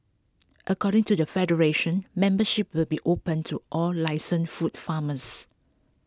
according to the federation membership will be opened to all licensed food farmers